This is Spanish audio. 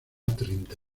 treinta